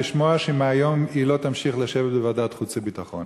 לשמוע שמהיום היא לא תמשיך לשבת בוועדת החוץ והביטחון.